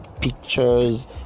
pictures